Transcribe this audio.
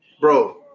Bro